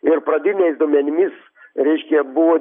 ir pradiniais duomenimis reiškia buvo